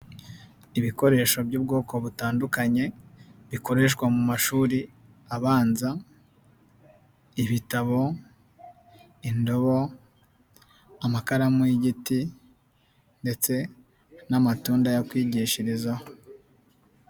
Ibikoresho by'ubwoko butandukanye bikoreshwa mu mashuri abanza, ibitabo, indobo amakaramu y'igiti ndetse n'amatunda yokwigishirizaho.